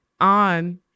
on